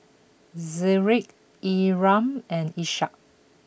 Zikri Imran and Ishak